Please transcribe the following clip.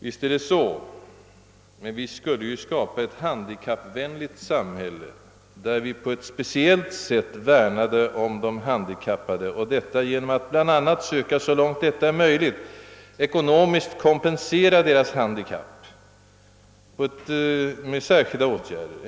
Visst är det så, men vi skulle ju skapa ett handikappvänligt samhälle, där vi på ett speciellt sätt värnade om de handikappade, bl.a. genom att så långt detta är möjligt ekonomiskt kompensera deras handikapp med särskilda åtgärder.